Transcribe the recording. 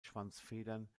schwanzfedern